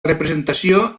representació